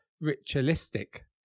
ritualistic